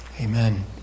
Amen